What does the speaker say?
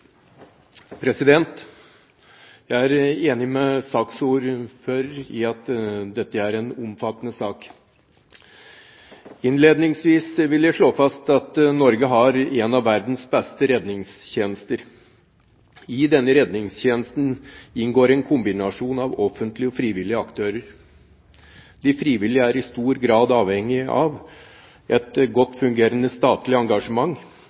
med saksordføreren i at dette er en omfattende sak. Innledningsvis vil jeg slå fast at Norge har en av verdens beste redningstjenester. I denne redningstjenesten inngår en kombinasjon av offentlige og frivillige aktører. De frivillige er i stor grad avhengig av et godt fungerende statlig engasjement